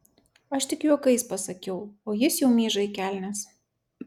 aš tik juokais pasakiau o jis jau myža į kelnes